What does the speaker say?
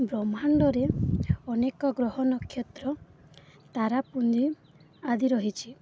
ବ୍ରହ୍ମାଣ୍ଡରେ ଅନେକ ଗ୍ରହ ନକ୍ଷତ୍ର ତାରାପୁଞ୍ଜି ଆଦି ରହିଛି